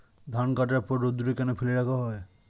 ধান কাটার পর রোদ্দুরে কেন ফেলে রাখা হয়?